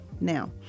Now